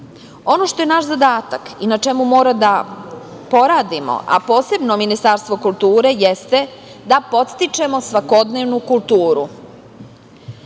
što je naš zadatak i na čemu moramo da poradimo, a posebno Ministarstvo kulture, jeste da podstičemo svakodnevnu kulturu.